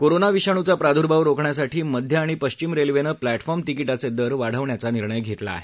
corona विषाणूवा प्राद्भाव रोखण्यासाठी मध्य आणि पश्चिम रेल्वेने प्लॅटफॉर्म तिकीटाचे दर वाढविण्याचा निर्णय घेतला आहे